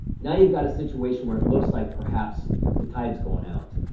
now you've got a situation where it looks like perhaps the tide's going out.